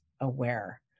aware